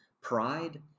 pride